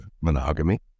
monogamy